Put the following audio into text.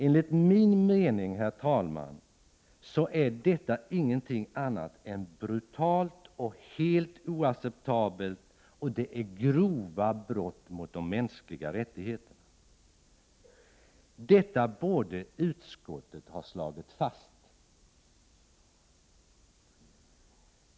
Enligt min mening, herr talman, kan man inte säga någonting annat än att detta är brutalt och helt oacceptabelt. Dessutom är det fråga om grova brott mot de mänskliga rättigheterna. Detta borde utskottet ha slagit fast.